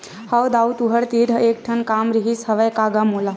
हव दाऊ तुँहर तीर एक ठन काम रिहिस हवय गा मोला